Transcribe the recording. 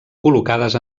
col·locades